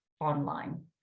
online